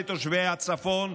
לתושבי הצפון,